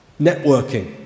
networking